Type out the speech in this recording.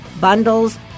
Bundles